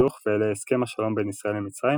הסכסוך ואלה הסכם השלום בין ישראל למצרים